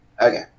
Okay